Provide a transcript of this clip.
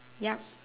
ya